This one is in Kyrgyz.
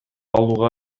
алууга